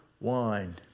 wine